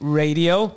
radio